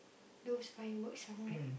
those fireworks sound right